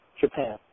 Japan